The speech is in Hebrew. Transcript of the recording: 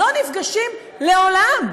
לא נפגשים לעולם.